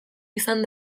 izan